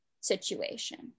situation